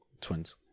Twins